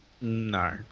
No